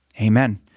Amen